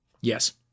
yes